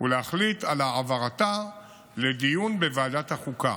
ולהחליט על העברתה לדיון בוועדת החוקה,